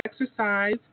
exercise